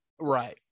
Right